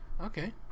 okay